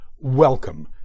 Welcome